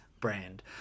Brand